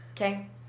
Okay